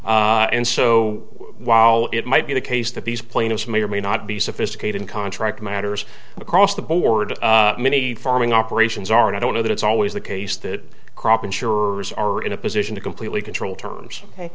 business and so while it might be the case that these plaintiffs may or may not be sophisticated in contract matters across the board many farming operations are and i don't know that it's always the case that crop insurers are in a position to completely control terms